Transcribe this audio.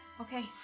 okay